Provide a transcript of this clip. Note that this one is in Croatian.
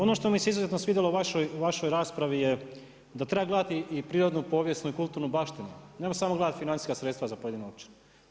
Ono što mi se izuzetno svidjelo u vašoj raspravi je da treba gledati i prirodnu, povijesnu i kulturnu baštinu, nemojmo samo gledati financijska sredstva za pojedinu općinu.